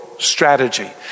Strategy